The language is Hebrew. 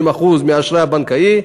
80% מהאשראי הבנקאי,